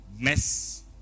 mess